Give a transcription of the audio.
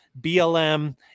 BLM